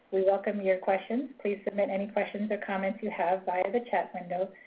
we welcome your questions. please submit any questions or comments you have via the chat window,